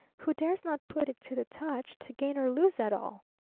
who dares not put it to the touch to gain or lose it all!